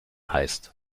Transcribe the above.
heißt